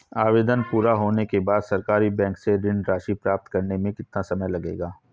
आवेदन पूरा होने के बाद सरकारी बैंक से ऋण राशि प्राप्त करने में कितना समय लगेगा?